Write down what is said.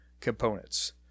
components